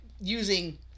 using